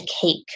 cake